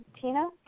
Tina